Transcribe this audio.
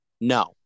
No